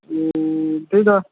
ए त्यही त